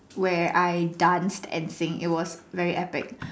where I danced and sing it was very epic